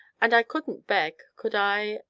and i couldn't beg, could i,